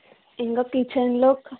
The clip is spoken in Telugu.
ఇంగా కిచెన్ లో